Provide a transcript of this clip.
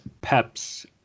peps